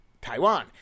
Taiwan